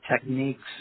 techniques